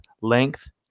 length